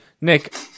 Nick